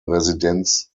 residenz